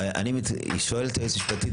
היא שואלת היועצת המשפטית,